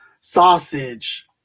sausage